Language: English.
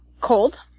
cold